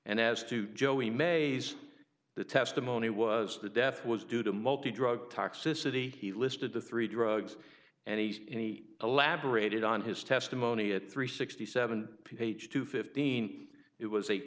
and as to joey mays the testimony was the death was due to multi drug toxicity he listed the three drugs and he elaborated on his testimony at three sixty seven page two fifteen it was a